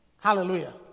Hallelujah